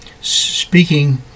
speaking